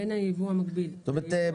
בין היבוא המקביל --- זאת אומרת,